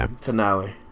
finale